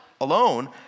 alone